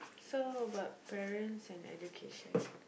so about parents and education